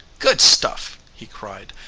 good stuff! he cried.